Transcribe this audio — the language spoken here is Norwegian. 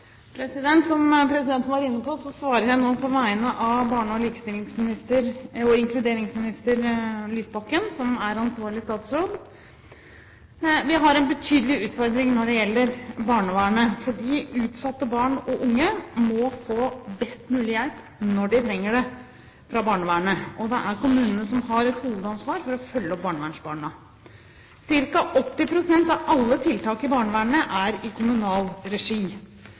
Som presidenten var inne på, svarer jeg nå på vegne av barne-, likestillings- og inkluderingsminister Lysbakken, som er ansvarlig statsråd. Vi har en betydelig utfordring når det gjelder barnevernet, fordi utsatte barn og unge må få best mulig hjelp når de trenger det fra barnevernet. Det er kommunene som har et hovedansvar for å følge opp barnevernsbarna. Ca. 80 pst. av alle tiltak i barnevernet er i kommunal regi.